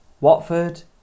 Watford